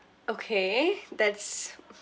okay that's